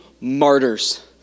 martyrs